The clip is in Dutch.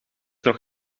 nog